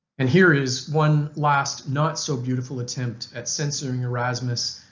and here is one last not so beautiful attempt at censoring erasmus,